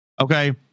Okay